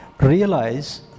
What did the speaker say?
Realize